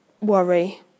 worry